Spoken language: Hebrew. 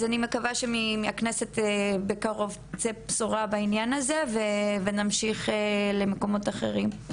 אז אני מקווה שמהכנסת בקרוב תצא בשורה בעניין הזה ונמשיך למקומות אחרים.